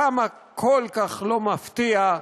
כמה כל כך לא מפתיע,